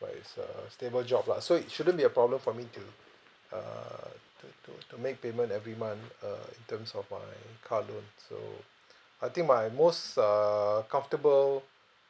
so it's a stable job lah so it shouldn't be a problem for me to err to to to make payment every month err in terms of my car loan so I think my most err comfortable